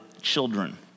children